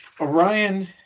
Orion